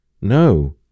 No